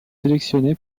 sélectionné